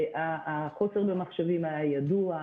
החוסר במחשבים היה ידוע.